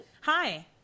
Hi